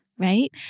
Right